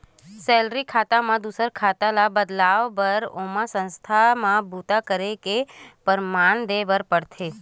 salary खाता म दूसर खाता ल बदलवाए बर ओला संस्था म बूता करे के परमान देबर परथे